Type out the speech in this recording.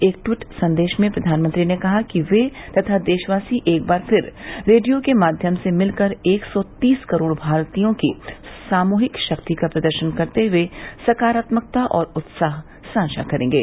एक टवीट संदेश में प्रधानमंत्री ने कहा कि वे तथा देशवासी एक बार फिर रेडियो के माध्यम से मिलकर एक सौ तीस करोड़ भारतीयों की सामूहिक शक्ति का प्रदर्शन करते हुए सकारात्मकता और उत्साह साझा करेंगे